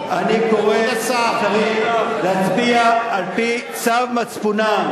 אני קורא לשרים להצביע על-פי צו מצפונם,